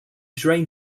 drain